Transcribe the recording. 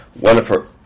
wonderful